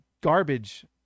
garbage